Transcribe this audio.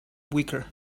weaker